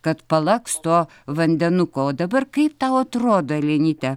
kad palaks to vandenuko o dabar kaip tau atrodo elenyte